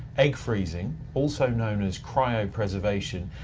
egg freezing, also known as cryopreservation,